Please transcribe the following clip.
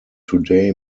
today